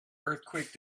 earthquake